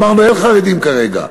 אמרנו, אין חרדים כרגע,